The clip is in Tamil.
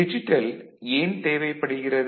டிஜிட்டல் ஏன் தேவைப்படுகிறது